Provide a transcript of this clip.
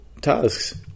tasks